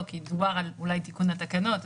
אתה דיברת על תיקון התקנות.